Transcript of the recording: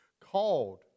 called